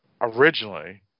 originally